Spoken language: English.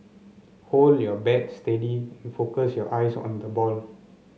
hold your bat steady and focus your eyes on the ball